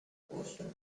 boston